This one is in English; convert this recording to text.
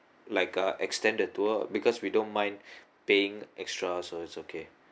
like uh extend the tour because we don't mind paying extra so it's okay